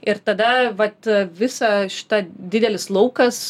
ir tada vat visą šitą didelis laukas